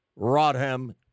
Rodham